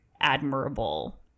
admirable